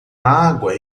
água